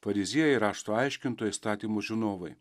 fariziejai rašto aiškintojai įstatymų žinovai